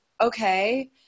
okay